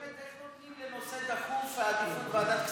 באמת איך נותנים לנושא דחוף עדיפות בוועדת הכספים?